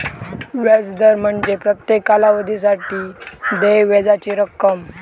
व्याज दर म्हणजे प्रत्येक कालावधीसाठी देय व्याजाची रक्कम